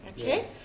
Okay